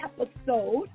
episode